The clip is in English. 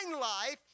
life